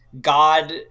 god